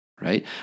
right